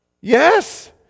Yes